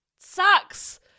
sucks